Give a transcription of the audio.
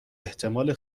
احتمال